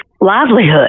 livelihood